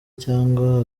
cyangwa